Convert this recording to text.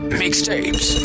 mixtapes